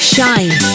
Shine